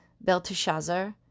Belteshazzar